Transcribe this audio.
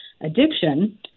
addiction